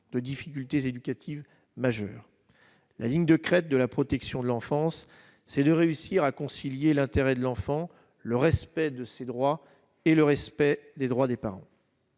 de difficultés éducatives majeures : la ligne de crête de la protection de l'enfance, c'est de réussir à concilier l'intérêt de l'enfant le respect de ses droits et le respect des droits des parents.